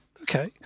okay